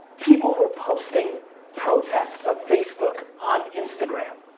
people were posting protests of facebook on instagram.